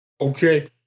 okay